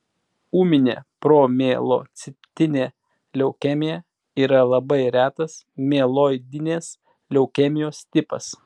ūminė promielocitinė leukemija yra labai retas mieloidinės leukemijos tipas